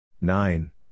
Nine